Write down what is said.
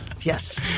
yes